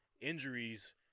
injuries